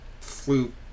flute